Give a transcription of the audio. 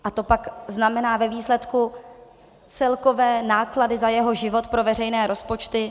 A to pak znamená ve výsledku celkové náklady za jeho život pro veřejné rozpočty.